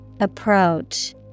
Approach